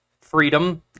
Freedom